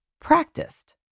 practiced